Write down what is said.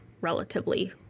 relatively